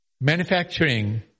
manufacturing